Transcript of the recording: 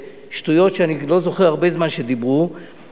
שטויות שאני לא זוכר שדיברו כמותן הרבה זמן,